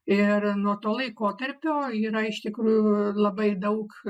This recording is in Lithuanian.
ir nuo to laikotarpio yra iš tikrųjų labai daug